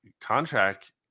contract